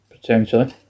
potentially